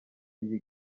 iyi